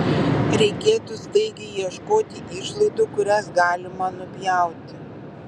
reikėtų staigiai ieškoti išlaidų kurias galima nupjauti